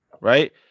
right